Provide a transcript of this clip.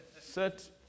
set